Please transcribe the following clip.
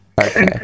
okay